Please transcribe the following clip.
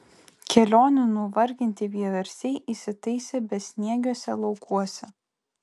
kelionių nuvarginti vieversiai įsitaisė besniegiuose laukuose